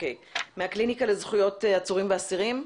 מהקליניקה לזכויות עצורים ואסירים.